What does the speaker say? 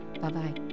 bye-bye